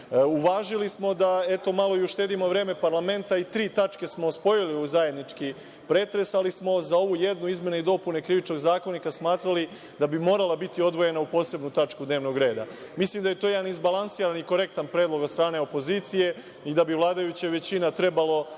da, eto, malo i uštedimo vreme parlamenta i tri tačke smo spojili u zajednički pretres, ali smo za ovu jednu, izmene i dopune Krivičnog zakonika, smatrali da bi morala biti odvojena u posebnu tačku dnevnog reda. Mislim da je to jedan izbalansiran i korektan predlog od strane opozicije i da bi vladajuća većina trebalo